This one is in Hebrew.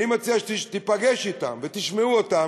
אני מציע שתיפגש אתם ותשמעו אותם,